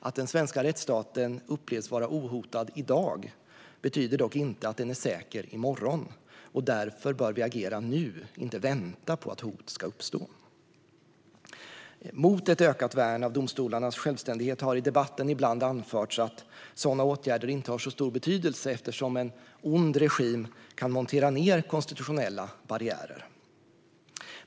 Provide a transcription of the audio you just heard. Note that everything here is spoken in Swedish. Att den svenska rättsstaten upplevs vara ohotad i dag betyder dock inte att den är säker i morgon, och därför bör vi agera nu och inte vänta på att hot ska uppstå. Mot ett ökat värn av domstolarnas självständighet har i debatten ibland anförts att sådana åtgärder inte har så stor betydelse eftersom en ond regim kan montera ned konstitutionella barriärer.